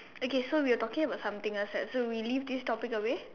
okay so we were talking about something else right so we leave this topic away